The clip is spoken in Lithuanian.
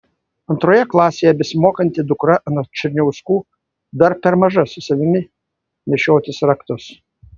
antroje klasėje besimokanti dukra anot černiauskų dar per maža su savimi nešiotis raktus